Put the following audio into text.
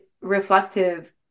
reflective